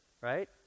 right